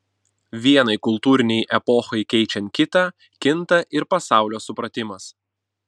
vienai kultūrinei epochai keičiant kitą kinta ir pasaulio supratimas